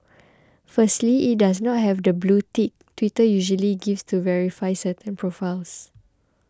firstly it does not have the blue tick Twitter usually gives to verify certain profiles